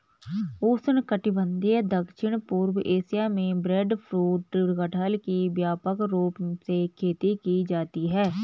उष्णकटिबंधीय दक्षिण पूर्व एशिया में ब्रेडफ्रूट कटहल की व्यापक रूप से खेती की जाती है